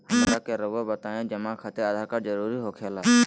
हमरा के रहुआ बताएं जमा खातिर आधार कार्ड जरूरी हो खेला?